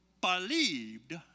believed